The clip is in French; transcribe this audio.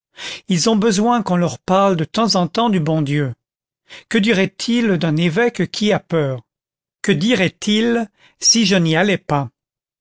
ils ont besoin qu'on leur parle de temps en temps du bon dieu que diraient-ils d'un évêque qui a peur que diraient-ils si je n'y allais pas